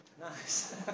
Nice